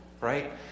Right